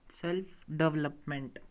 self-development